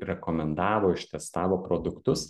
rekomendavo ištestavo produktus